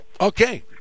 Okay